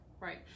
Right